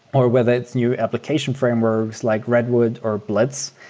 or whether it's new application frameworks like redwood or blitz,